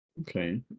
Okay